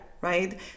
right